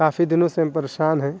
کافی دنوں سے ہم پریشان ہیں